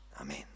Amen